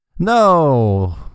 No